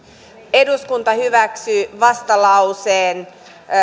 eduskunta hyväksyy vastalauseen